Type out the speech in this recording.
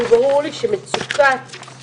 הרישיונות עצמן וכן אנחנו חושבים שזה